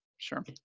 Sure